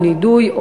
או נידוי,